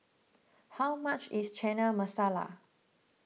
how much is Chana Masala